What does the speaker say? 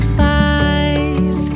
five